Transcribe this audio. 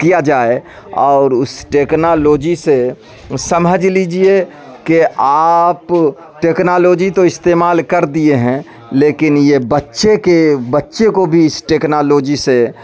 کیا جائے اور اس ٹیکنالوجی سے سمجھ لیجیے کہ آپ ٹیکنالوجی تو استعمال کر دیے ہیں لیکن یہ بچے کے بچے کو بھی اس ٹیکنالوجی سے